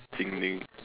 Sin-Ming